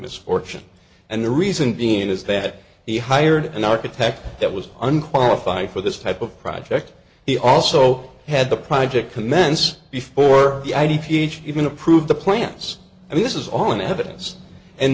misfortune and the reason being is that he hired an architect that was an qualify for this type of project he also had the project commence before the id peach even approved the plants i mean this is all in evidence and